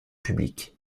public